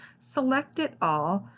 select it all,